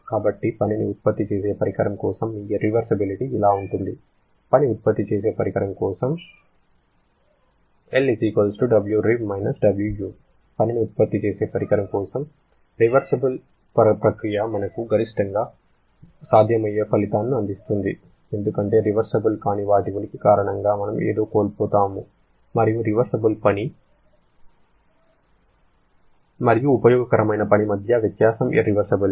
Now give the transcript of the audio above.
కాబట్టి పనిని ఉత్పత్తి చేసే పరికరం కోసం మీ ఇర్రివర్సిబిలిటి ఇలా ఉంటుంది పని ఉత్పత్తి చేసే పరికరం కోసం → I Wrev - Wu పనిని ఉత్పత్తి చేసే పరికరం కోసం రివర్సిబుల్ ప్రక్రియ మనకు గరిష్టంగా సాధ్యమయ్యే ఫలితాన్ని అందిస్తుంది ఎందుకంటే రివర్సిబుల్ కాని వాటి ఉనికి కారణంగా మనము ఏదో కోల్పోతాము మరియు రివర్సిబుల్ పని మరియు ఉపయోగకరమైన పని మధ్య వ్యత్యాసం ఇర్రివర్సిబిలిటి